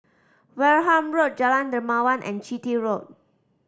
Wareham Road Jalan Dermawan and Chitty Road